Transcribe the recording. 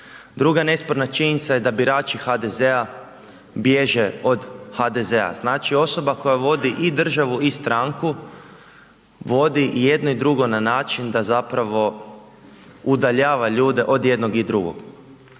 Druga nesporna činjenica je da birači HDZ-a bježe od HDZ-a, znači, osoba koja vodi i državu i stranku vodi i jedno i drugo na način da zapravo udaljava ljude od jednog i drugog.